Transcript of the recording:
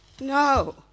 No